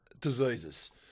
diseases